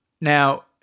Now